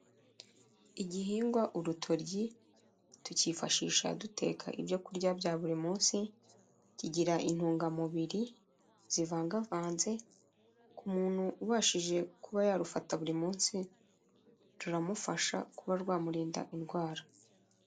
iIgihingwa, urutoryi tukifashisha duteka ibyokurya bya buri munsi kigira intungamubiri zivangavanze ku muntu ubashije kuba yarufata buri munsi ruramufasha kuba rwamurinda indwara.